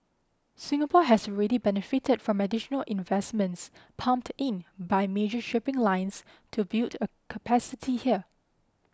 Singapore has already benefited from additional investments pumped in by major shipping lines to build a capacity here